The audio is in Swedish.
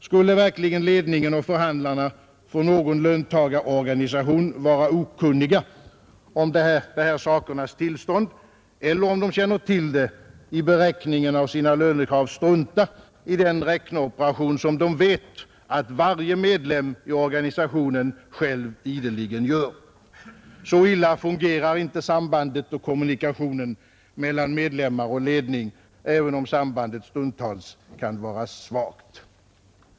Skulle verkligen ledningen och förhandlarna för någon löntagarorganisation vara okunniga om detta sakernas tillstånd eller om de känner till det vid beräkningarna av sina lönekrav strunta i den räkneoperation som de vet att varje medlem i organisationen själv ideligen gör? Så illa fungerar inte sambandet och kommunikationen mellan medlemmar och ledning, även om sambandet stundtals kan vara svagt.